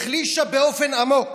החלישה באופן עמוק